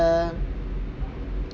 err